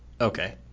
Okay